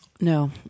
No